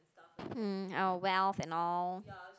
mm our wealth and all